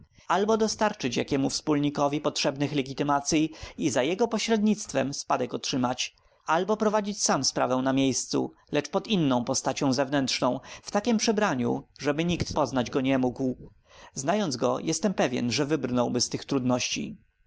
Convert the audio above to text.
albo dostarczyć jakiemu wspólnikowi potrzebnych legitymacyj i za jego pośrednictwem spadek otrzymać albo prowadzić sam sprawę na miejscu lecz pod inną postacią zewnętrzną w takiem przebraniu żeby nikt poznać go nie mógł znając go jestem pewien że wybrnąłby z tych trudności